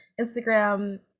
instagram